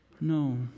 No